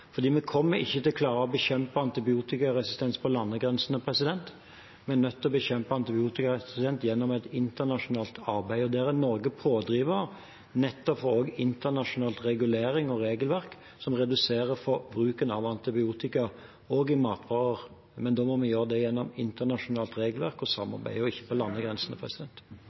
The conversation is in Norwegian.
Vi kommer ikke til å klare å bekjempe antibiotikaresistens på landegrensene. Vi er nødt til å bekjempe antibiotikaresistens gjennom et internasjonalt arbeid, og der er Norge pådriver nettopp for internasjonal regulering og regelverk som reduserer bruken av antibiotika, også i matvarer, men da må vi gjøre det gjennom internasjonalt regelverk og samarbeid, og ikke på landegrensene.